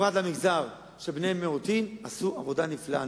בפרט למגזר המיעוטים, עשו עבודה נפלאה.